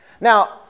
Now